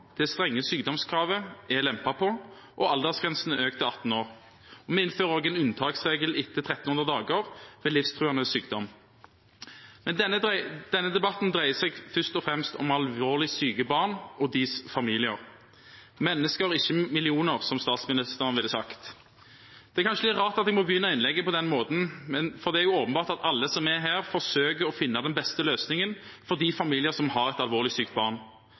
det strenge sykdomskravet er lempet på, og aldersgrensen er økt til 18 år. Vi innfører også en unntaksregel etter 1 300 dager ved livstruende sykdom. Men denne debatten dreier seg først og fremst om alvorlig syke barn og deres familier – mennesker, ikke millioner, som statsministeren ville sagt. Det er kanskje litt rart at jeg må begynne innlegget på den måten, for det er jo åpenbart at alle som er her, forsøker å finne den beste løsningen for de familiene som har et alvorlig sykt barn.